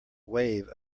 wave